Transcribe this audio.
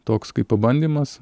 toks kaip pabandymas